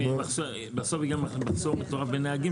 בסוף יהיה מחסור מטורף בנהגים.